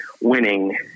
winning